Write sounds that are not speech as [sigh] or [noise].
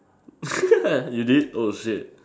[laughs] you did oh shit